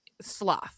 sloth